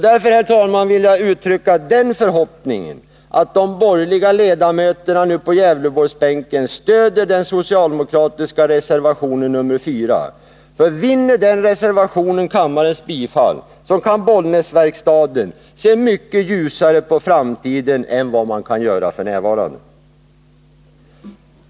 Därför, herr talman, vill jag uttrycka den förhoppningen att de borgerliga ledamöterna på Gävleborgsbänken nu stöder den socialdemokratiska reservationen nr 4. Vinner den reservationen kammarens bifall, kan vi se mycket ljusare på Bollnäsverkstadens framtid än vad man gör f. n.